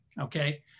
okay